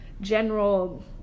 general